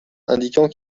indiquant